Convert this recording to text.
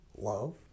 love